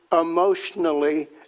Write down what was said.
emotionally